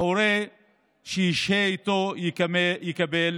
ההורה שישהה אתו יקבל